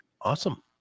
Awesome